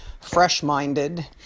fresh-minded